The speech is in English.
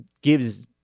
gives